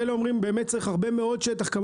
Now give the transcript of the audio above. ואלה אומרים שבאמת צריך הרבה מאוד שטח,